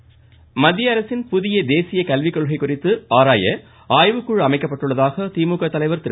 ஸ்டாலின் மத்திய அரசின் புதிய தேசிய கல்விக்கொள்கை குறித்து ஆராய ஆய்வுக்குழு அமைக்கப்பட்டுள்ளதாக திமுக தலைவர் திரு